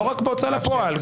לא רק בהוצאה לפועל.